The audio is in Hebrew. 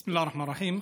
בסם אללה א-רחמאן א-רחים.